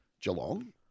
Geelong